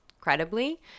credibly